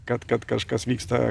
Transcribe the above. kad kad kažkas vyksta